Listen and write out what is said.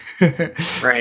Right